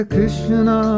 Krishna